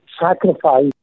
sacrifice